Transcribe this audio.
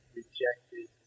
rejected